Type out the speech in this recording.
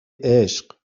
عشق